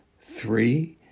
Three